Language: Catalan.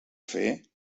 fer